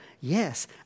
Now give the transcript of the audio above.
Yes